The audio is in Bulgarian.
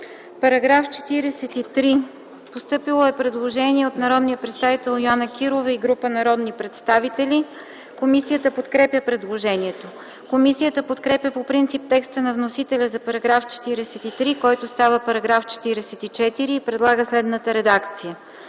По § 43 е постъпило предложение от народния представител Йоана Кирова и група народни представители. Комисията подкрепя предложението. Комисията подкрепя по принцип текста на вносителя за § 43, който става § 44, и предлага следната редакция: